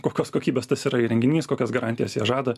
kokios kokybės tas yra įrenginys kokias garantijas jie žada